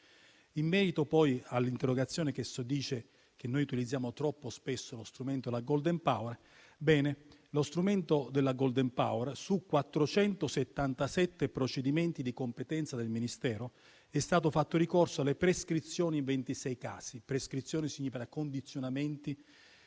In merito poi all'interrogazione che dice che noi utilizziamo troppo spesso lo strumento della *golden power*, faccio notare che, su 477 procedimenti di competenza del Ministero, è stato fatto ricorso alle prescrizioni in 26 casi (prescrizioni significa condizionamenti,